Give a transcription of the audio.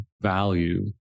value